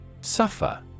Suffer